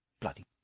Bloody